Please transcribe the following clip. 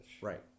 Right